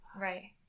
right